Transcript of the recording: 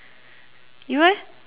you leh